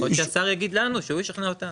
או שהשר יגיד לנו, שהוא ישכנע אותנו.